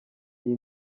iyi